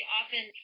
often